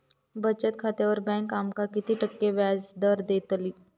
बचत खात्यार बँक आमका किती टक्के व्याजदर देतली?